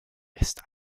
ist